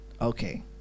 okay